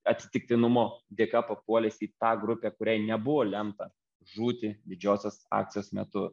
atsitiktinumo dėka papuolęs į tą grupę kuriai nebuvo lemta žūti didžiosios akcijos metu